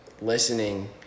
listening